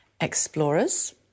explorers